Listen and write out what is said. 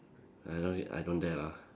I don't I don't dare lah